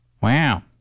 Wow